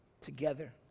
together